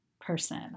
person